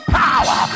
power